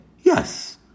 yes